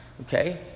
okay